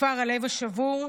כפר הלב השבור?